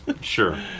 Sure